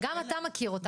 שגם אתה מכיר אותה,